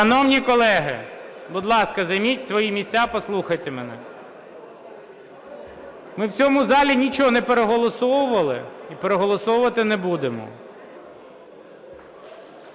Шановні колеги, будь ласка, займіть свої місця, послухайте мене. Ми в цьому залі нічого не переголосовували і переголосовувати не будемо.